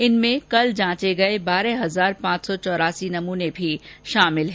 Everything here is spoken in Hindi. इनमें कल जांच किये गये बारह हजार पांच सौ चौरासी नमूने भी शामिल हैं